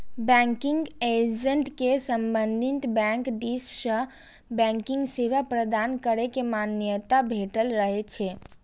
banking agent कें संबंधित bank दिस सं बैंकिंग सेवा प्रदान करै के मान्यता भेटल रहै छै